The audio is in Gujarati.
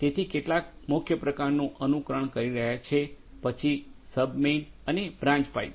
તેથી કેટલાક મુખ્ય પ્રકારનું અનુકરણ કરી રહ્યા છે પછી સબ મેઈન અને બ્રાન્ચ પાઇપ